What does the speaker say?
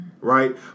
right